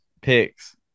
picks